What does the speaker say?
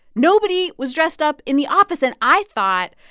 nobody was dressed up in the office. and i thought,